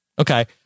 Okay